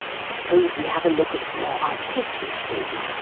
suppose we have a look at more artistic things.